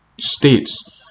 states